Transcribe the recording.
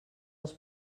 els